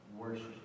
worship